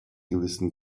gewissen